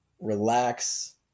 relax